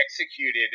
executed